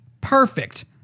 Perfect